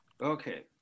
Okay